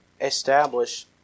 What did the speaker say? establish